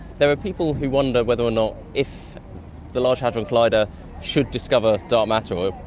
there are people who wonder whether or not if the large hadron collider should discover dark matter.